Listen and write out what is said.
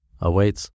awaits